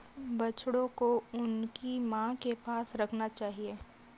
बछड़ों को उनकी मां के पास रखना चाहिए